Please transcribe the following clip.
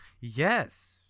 Yes